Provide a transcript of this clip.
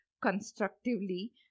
constructively